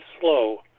Slow